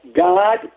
God